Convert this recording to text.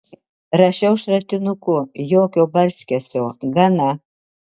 rašiau šratinuku jokio barškesio gana